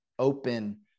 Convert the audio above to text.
open